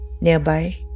Nearby